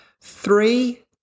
three